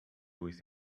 with